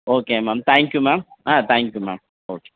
okay ma'am thank you ma'am ah thank you ma'am okay